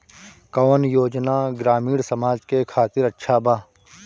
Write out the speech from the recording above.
कौन योजना ग्रामीण समाज के खातिर अच्छा बा?